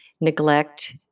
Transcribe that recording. neglect